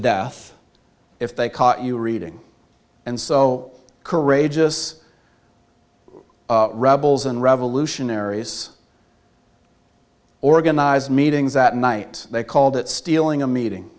death if they caught you reading and so courageous rebels and revolutionaries organized meetings at night they called it stealing a meeting